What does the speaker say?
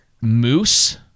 moose